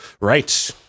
Right